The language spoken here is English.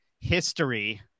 history